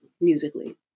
musically